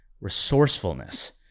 resourcefulness